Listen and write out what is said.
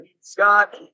Scott